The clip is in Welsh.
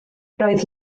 roedd